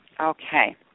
Okay